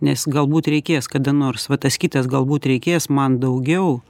nes galbūt reikės kada nors va tas kitas galbūt reikės man daugiau